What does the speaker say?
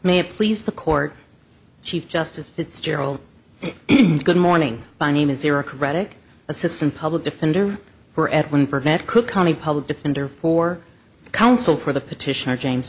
may have please the court chief justice fitzgerald good morning by name is eric radek assistant public defender for edwin prevent cook county public defender for counsel for the petitioner james